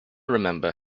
remember